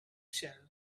show